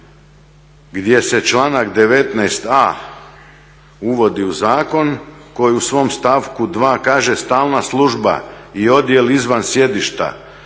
1.gdje se članak 19.a uvodi u zakon koji u svom stavku 2.kaže "Stalna služba i odjel izvan sjedišta